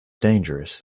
dangerous